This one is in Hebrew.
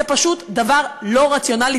זה פשוט דבר לא רציונלי.